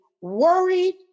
worried